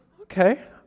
Okay